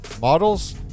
models